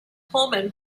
pullman